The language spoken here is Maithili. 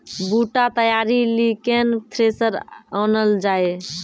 बूटा तैयारी ली केन थ्रेसर आनलऽ जाए?